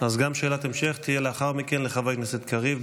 אז גם שאלת המשך תהיה לאחר מכן לחבר הכנסת קריב,